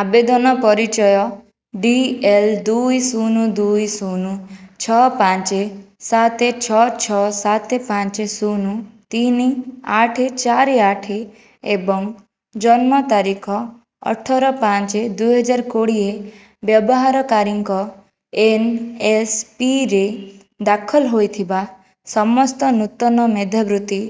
ଆବେଦନ ପରିଚୟ D L ଦୁଇ ଶୁନ ଦୁଇ ଶୁନ ଛଅ ପାଞ୍ଚେ ସାତେ ଛଅ ଛଅ ସାତେ ପାଞ୍ଚେ ଶୁନ ତିନି ଆଠେ ଚାରି ଆଠେ ଏବଂ ଜନ୍ମ ତାରିଖ ଅଠର ପାଞ୍ଚେ ଦୁଇହଜାରକୋଡ଼ିଏ ବ୍ୟବହାରକାରୀଙ୍କ ଏନ୍ଏସ୍ପିରେ ଦାଖଲ ହୋଇଥିବା ସମସ୍ତ ନୂତନ ମେଧାବୃତ୍ତି